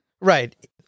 Right